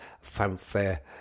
Fanfare